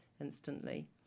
instantly